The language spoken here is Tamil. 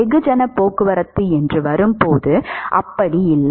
வெகுஜன போக்குவரத்து என்று வரும்போது அப்படி இல்லை